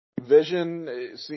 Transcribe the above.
Vision